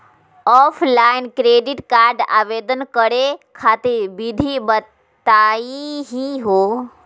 Offline credit card आवेदन करे खातिर विधि बताही हो?